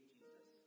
Jesus